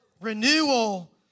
Renewal